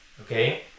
Okay